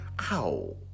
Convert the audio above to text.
Ow